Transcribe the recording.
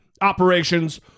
operations